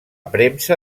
premsa